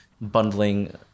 bundling